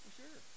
sure